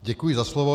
Děkuji za slovo.